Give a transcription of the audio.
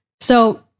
So-